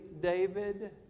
David